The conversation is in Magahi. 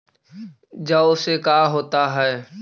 जौ से का होता है?